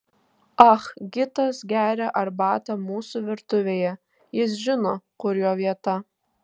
ah gitas geria arbatą mūsų virtuvėje jis žino kur jo vieta